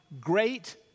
great